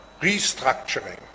restructuring